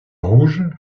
rouge